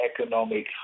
economic